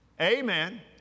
amen